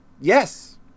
Yes